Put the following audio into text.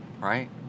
right